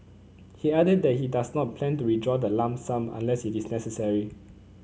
he added that he does not plan to withdraw the lump sum unless it is necessary